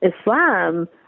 Islam